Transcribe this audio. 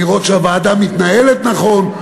לראות שהוועדה מתנהלת נכון,